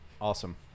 Awesome